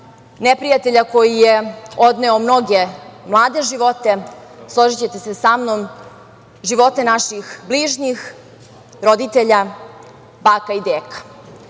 neprijatelja koji je odneo mnoge mlade živote, složićete se sa mnom, živote naših bližnjih, roditelja, baka i